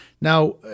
Now